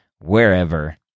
wherever